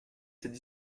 cette